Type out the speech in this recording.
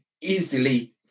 easily